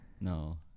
No